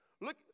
Look